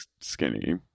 skinny